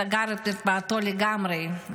סגר את מרפאתו לגמרי,